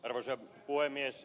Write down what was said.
arvoisa puhemies